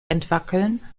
entwackeln